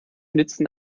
nützen